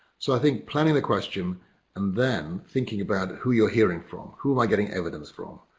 so i think, planning the question and then thinking about who you're hearing from? who am i getting evidence from?